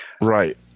Right